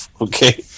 Okay